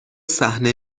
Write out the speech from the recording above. صحنه